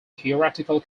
theoretical